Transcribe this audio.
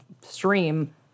stream